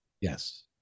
Yes